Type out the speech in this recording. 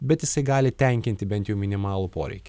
bet jisai gali tenkinti bent jau minimalų poreikį